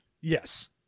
Yes